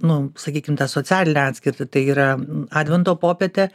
nu sakykim tą socialinę atskirtį tai yra advento popietę